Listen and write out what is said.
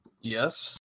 Yes